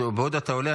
בעוד אתה עולה,